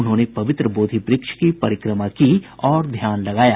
उन्होंने पवित्र बोधि वृक्ष की परिक्रमा की और ध्यान लगाया